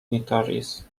dignitaries